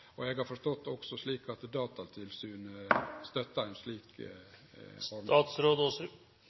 Eg har forstått det slik at Datatilsynet støttar ei slik